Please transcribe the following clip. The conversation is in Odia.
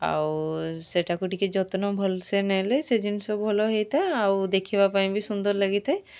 ଆଉ ସେଟାକୁ ଟିକେ ଯତ୍ନ ଭଲସେ ନେଲେ ସେ ଜିନିଷ ଭଲ ହୋଇଥାଏ ଆଉ ଦେଖିବା ପାଇଁ ବି ସୁନ୍ଦର ଲାଗିଥାଏ